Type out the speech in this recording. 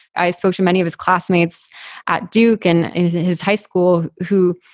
i spoke to many of his classmates at duke and in his high school who,